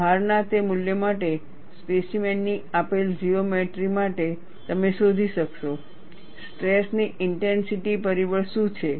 ભારના તે મૂલ્ય માટે સ્પેસીમેન ની આપેલ જીઓમેટ્રી માટે તમે શોધી શકશો સ્ટ્રેસની ઇન્ટેન્સિટી પરિબળ શું છે